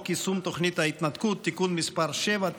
יישום תוכנית ההתנתקות (תיקון מס' 7),